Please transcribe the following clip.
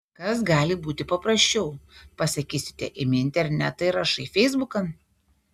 kas gali būti paprasčiau pasakysite imi internetą ir rašai feisbukan